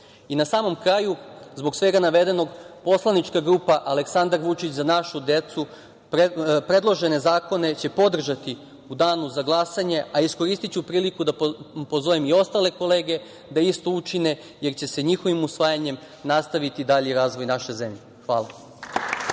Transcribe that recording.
samom kraju, zbog svega navedenog Poslanička grupa Aleksandar Vučić – Za našu decu predložene zakone će podržati u danu za glasanje, a iskoristiću priliku da pozovem i ostale kolege da isto učine, jer će se njihovim usvajanjem nastaviti dalji razvoj naše zemlje. Hvala.